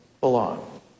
belong